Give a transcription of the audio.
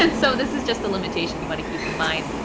and so this is just a limitation you want to keep in mind.